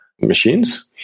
machines